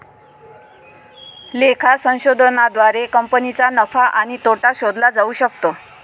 लेखा संशोधनाद्वारे कंपनीचा नफा आणि तोटा शोधला जाऊ शकतो